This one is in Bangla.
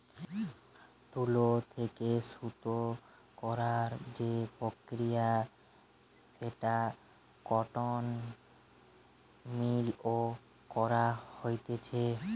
তুলো থেকে সুতো করার যে প্রক্রিয়া সেটা কটন মিল এ করা হতিছে